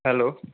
hello